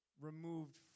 removed